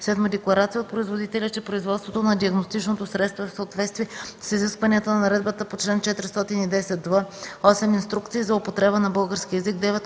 7. декларация от производителя, че производството на диагностичното средство е в съответствие с изискванията на наредбата по чл. 410в; 8. инструкция за употреба на български език;